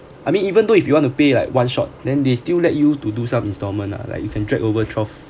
I mean even though if you want to pay like one shot then they still let you to do some instalment lah like you can drag over twelve